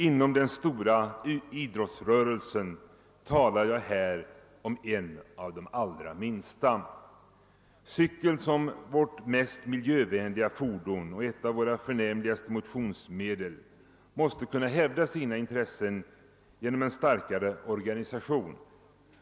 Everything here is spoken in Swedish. Inom den stora idrottsrörelsen är sammanslutningen en av de allra minsta. Cykeln som vårt mest miljövänliga fordon och ett av våra förnämligaste trafikmedel måste kunna hävda sina intressen genom en starkare organisation.